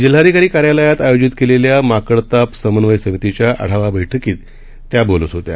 जिल्हाधिकारी कार्यालयात आयोजीत करण्यात आलेल्या माकडताप समन्वय समितीच्या आढावा बैठकीत त्या बोलत होत्या